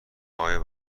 آیا